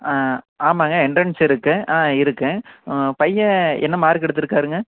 ஆமாம்ங்க என்ட்ரன்ஸ் இருக்கு ஆ இருக்கு பையன் என்ன மார்க் எடுத்துருக்காருங்க